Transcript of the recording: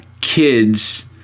kids